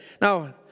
now